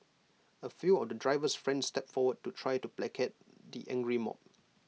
A few of the driver's friends stepped forward to try to placate the angry mob